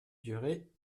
durée